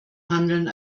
handeln